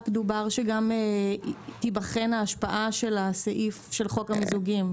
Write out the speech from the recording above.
דובר שתיבחן ההשפעה של הסעיף של חוק המיזוגים,